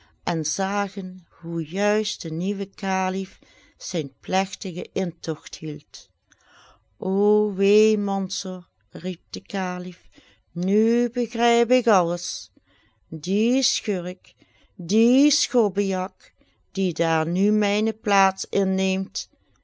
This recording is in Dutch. en zagen hoe juist de nieuwe kalif zijn plegtigen intogt hield o wee mansor riep de kalif nu begrijp ik alles die schurk die schobbejak die daar nu mijne plaats inneemt